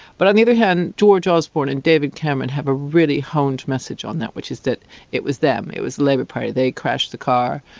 but on the other hand, george osborne and david cameron have a really honed message on that which is that it was them, it was the labour party, they crashed the car,